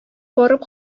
барып